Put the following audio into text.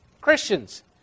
Christians